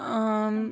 اۭں